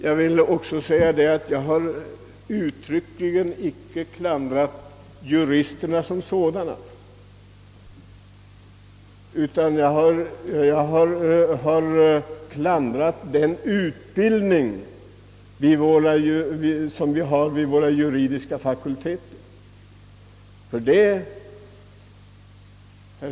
Jag har uttryckligen icke klandrat juristerna som sådana utan jag har klandrat den undervisning som bedrivs vid våra juridiska fakulteter.